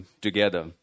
together